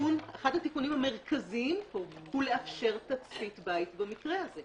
אחד התיקונים המרכזיים פה הוא לאפשר תצפית בית במקרה הזה.